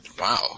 Wow